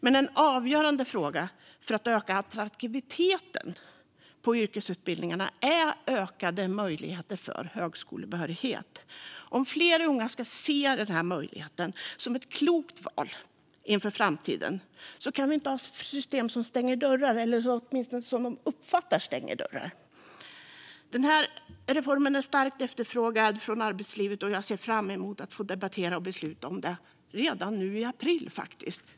En avgörande fråga för att öka attraktiviteten på yrkesutbildningarna är ökade möjligheter till högskolebehörighet. Om fler unga ska se yrkesutbildningarna som ett klokt val inför framtiden kan vi inte ha ett system som stänger dörrar, eller som uppfattas som att det stänger dörrar. Den här reformen är starkt efterfrågad från arbetslivet, och jag ser fram emot att få debattera och besluta om den redan nu i april.